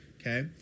okay